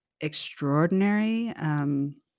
extraordinary